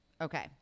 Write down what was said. okay